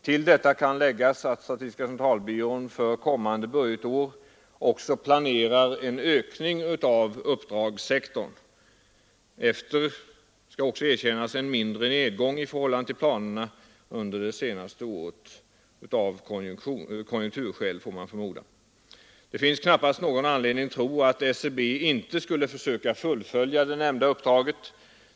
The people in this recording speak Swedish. Till detta kan läggas att statistiska centralbyrån för kommande budgetår planerar en ökning av uppdragssektorn, efter — det skall också sägas — en mindre nedgång i förhållande till planerna under det senaste året, av konjunkturskäl får man förmoda. Det finns knappast någon anledning att tro att SCB inte skulle försöka fullfölja det nämnda uppdraget.